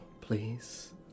please